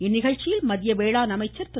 இந்நிகழ்ச்சியில் மத்திய வேளாண் அமைச்சர் திரு